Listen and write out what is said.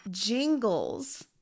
jingles